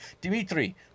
Dimitri